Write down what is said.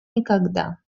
никогда